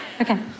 Okay